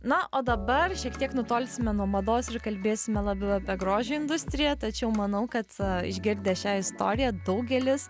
na o dabar šiek tiek nutolsime nuo mados ir kalbėsime labiau apie grožio industriją tačiau manau kad išgirdę šią istoriją daugelis